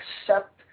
accept